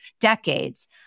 decades